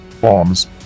bombs